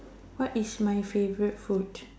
what is my favorite food